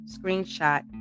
screenshot